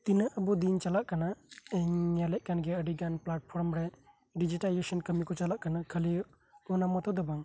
ᱛᱤᱱᱟᱹᱜ ᱟᱵᱚ ᱫᱤᱱ ᱪᱟᱞᱟᱜ ᱠᱟᱱᱟ ᱤᱧ ᱧᱮᱮᱞᱮᱫ ᱠᱟᱱ ᱜᱮᱭᱟ ᱟᱹᱰᱤ ᱨᱚᱠᱚᱢ ᱯᱞᱟᱴ ᱯᱷᱚᱨᱚᱢ ᱨᱮ ᱰᱤᱡᱤᱴᱮᱞᱟᱭᱡᱮᱥᱚᱱ ᱠᱟᱹᱢᱤ ᱠᱚ ᱪᱟᱞᱟᱜ ᱠᱟᱱᱟ ᱠᱷᱟᱞᱤ ᱚᱱᱟ ᱥᱩᱢᱩᱝ ᱫᱚ ᱵᱟᱝ